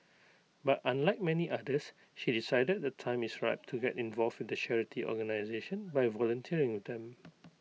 but unlike many others she decided the time is ripe to get involved with the charity organisation by volunteering with them